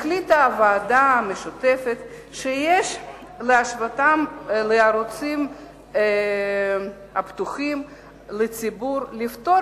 החליטה הוועדה המשותפת שיש להשוותם לערוצים הפתוחים לציבור ולפטור